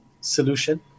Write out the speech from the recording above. solution